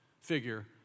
figure